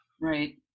Right